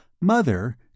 Mother